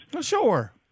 Sure